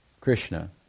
Krishna